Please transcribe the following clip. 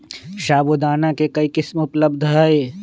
साबूदाना के कई किस्म उपलब्ध हई